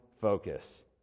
focus